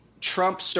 Trump